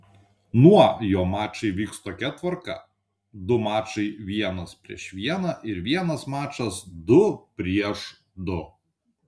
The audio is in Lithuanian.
nuo jo mačai vyks tokia tvarka du mačai vienas prieš vieną ir vienas mačas du prieš du